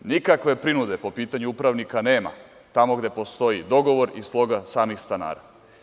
Nikakve prinude po pitanju upravnika nema, tamo gde postoji dogovor i sloga samih stanara.